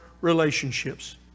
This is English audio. relationships